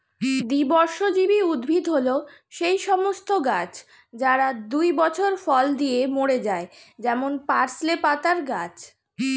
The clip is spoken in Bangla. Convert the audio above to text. দ্বিবর্ষজীবী উদ্ভিদ হল সেই সমস্ত গাছ যারা দুই বছর ফল দিয়ে মরে যায় যেমন পার্সলে পাতার গাছ